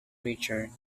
creature